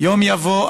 "יום יבוא,